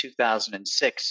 2006